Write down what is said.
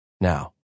now